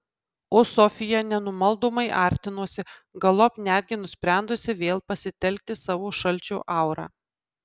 o sofija nenumaldomai artinosi galop netgi nusprendusi vėl pasitelkti savo šalčio aurą